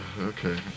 Okay